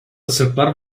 sırplar